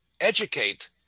educate